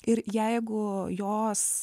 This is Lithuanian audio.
ir jeigu jos